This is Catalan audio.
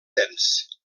dens